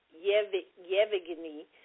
Yevgeny